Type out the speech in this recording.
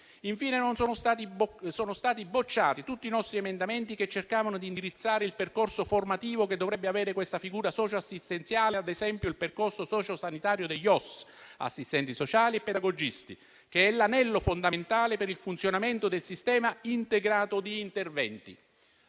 Infine, sono stati bocciati tutti i nostri emendamenti che cercavano di indirizzare il percorso formativo che dovrebbe avere questa figura socioassistenziale, ad esempio il percorso sociosanitario degli OSS, assistenti sociali e pedagogisti, che è l'anello fondamentale per il funzionamento del sistema integrato di interventi.